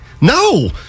No